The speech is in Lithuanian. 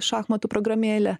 šachmatų programėlė